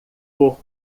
por